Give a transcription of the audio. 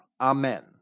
Amen